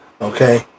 okay